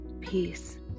peace